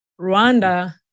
Rwanda